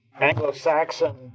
Anglo-Saxon